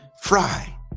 fry